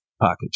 pocket